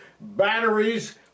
batteries